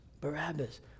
Barabbas